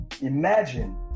imagine